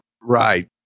Right